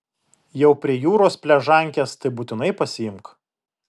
jau prie jūros pležankes tai būtinai pasiimk